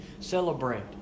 celebrate